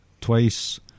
twice